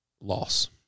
loss